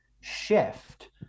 shift